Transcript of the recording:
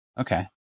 Okay